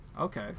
Okay